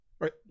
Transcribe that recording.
Right